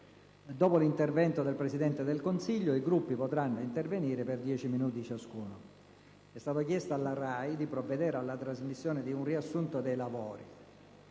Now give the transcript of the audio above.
Dopo l'intervento del Presidente del Consiglio, i Gruppi potranno intervenire per dieci minuti ciascuno. È stato chiesto alla RAI di provvedere alla trasmissione di un riassunto dei lavori.